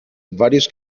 varios